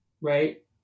right